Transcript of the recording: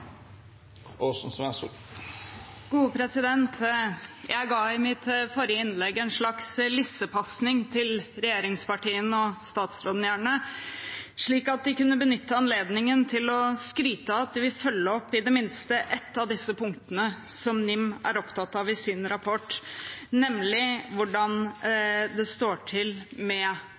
Jeg ga i mitt forrige innlegg en slags lissepasning til regjeringspartiene – og statsråden, gjerne – slik at de kunne benytte anledningen til å skryte av at de vil følge opp i det minste ett av punktene som NIM er opptatt av i sin rapport, nemlig hvordan det står til med